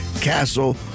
castle